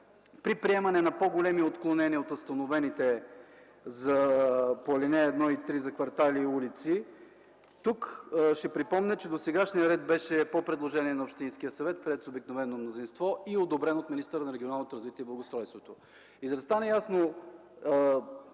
при приемане на по-големи отклонения от установените по ал. 1 и 3 за квартали и улици. Ще припомня, че досегашният ред тук беше по предложение на общинския съвет, където има обикновено мнозинство, и е одобрен от министъра на регионалното развитие и благоустройството. За да стане ясно